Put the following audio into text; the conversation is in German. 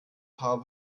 paar